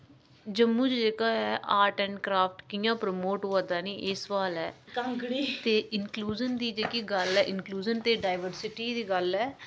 जम्मू च जेह्का ऐ आर्ट ते क्राफ्ट कि'यां परमोट होआ दा नि एह् सोआल ऐ ते इंकलूजन दी जेह्की गल्ल ऐ इंकलूजंन डाइवर्टी दी गल्ल ऐ